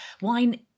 wine